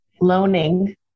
loaning